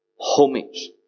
homage